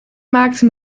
maakte